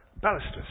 balusters